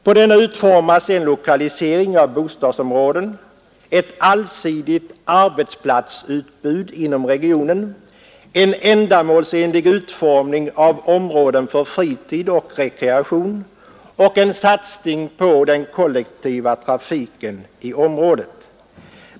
På denna utformas en lokalisering av bostadsområden, ett allsidigt arbetsplatsutbud inom regionen, ändamålsenliga områden för fritid och rekreation och en satsning på den kollektiva trafiken i området.